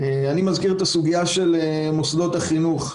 אני מעלה את הסוגיה של מוסדות החינוך.